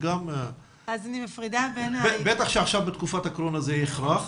בוודאי בתקופת הקורונה זה הכרח